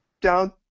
down